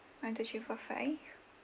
one two three four five